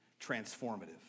transformative